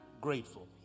grateful